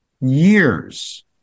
years